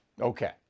Okay